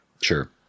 Sure